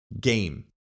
game